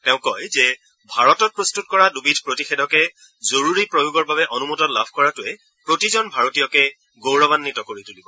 তেওঁ কয় যে ভাৰতত প্ৰস্তুত কৰা দুভিদ প্ৰতিষেধকে জৰুৰী প্ৰয়োগৰ বাবে অনুমোদন লাভ কৰাটোৱে প্ৰতিজন ভাৰতীয়কে গৌৰাৱাঘিত কৰি তুলিব